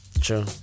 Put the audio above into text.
true